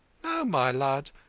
no, my lud,